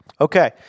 Okay